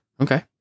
Okay